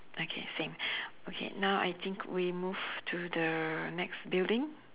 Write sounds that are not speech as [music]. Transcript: okay same [breath] okay now I think we move to the next building